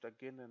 again